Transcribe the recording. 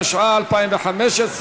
התשע"ה 2015,